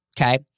okay